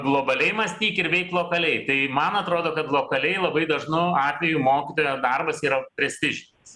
globaliai mąstyk ir veik lokaliai tai man atrodo kad lokaliai labai dažnu atveju mokytojo darbas yra prestižinis